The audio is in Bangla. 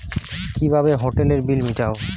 কিভাবে হোটেলের বিল মিটাব?